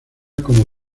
como